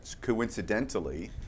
coincidentally